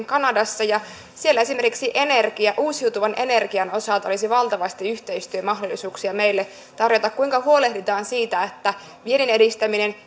kanadassa ja siellä esimerkiksi uusiutuvan energian osalta olisi valtavasti yhteistyömahdollisuuksia meille tarjota kuinka huolehditaan siitä että vienninedistäminen